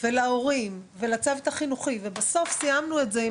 להורים ולצוות החינוך ובסוף סיימנו את זה,